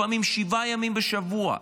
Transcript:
לפעמים שבעה ימים בשבוע.